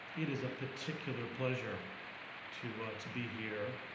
it is a particular pleasure to to be here.